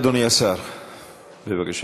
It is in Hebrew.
אדוני השר, בבקשה.